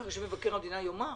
צריך שמבקר המדינה יאמר.